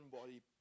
body